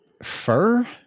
fur